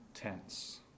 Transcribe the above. tense